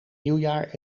nieuwjaar